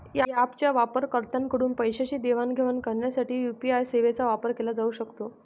ऍपच्या वापरकर्त्यांकडून पैशांची देवाणघेवाण करण्यासाठी यू.पी.आय सेवांचा वापर केला जाऊ शकतो